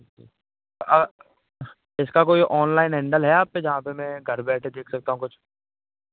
इसका कोई online handle है आपके जहाँ पर मैं घर बैठे देख सकता हूँ कुछ